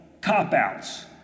Cop-outs